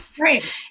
Right